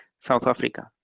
south africa,